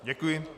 Děkuji.